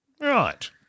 Right